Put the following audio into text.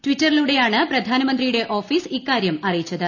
ടിറ്ററിലൂടെയാണ് പ്രധാനമന്ത്രിയുടെ ഓഫീസ് ഇക്കാര്യം അറിയിച്ചത്